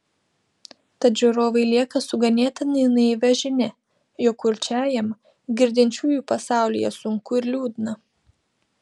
tad žiūrovai lieka su ganėtinai naivia žinia jog kurčiajam girdinčiųjų pasaulyje sunku ir liūdna